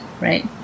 Right